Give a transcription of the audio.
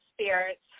spirits